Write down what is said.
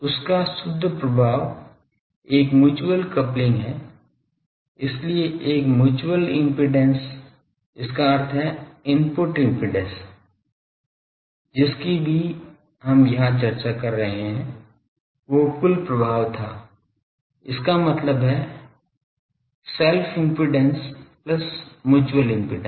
उस का शुद्ध प्रभाव एक म्यूच्यूअल कपलिंग है इसलिए एक म्यूच्यूअल इम्पीडेन्स इसका अर्थ है इनपुट इम्पीडेन्स जिसकी भी हम यहां चर्चा कर रहे हैं वो कुल प्रभाव था इसका मतलब है स्व self impedance plus mutual impedance